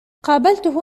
قابلته